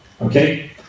Okay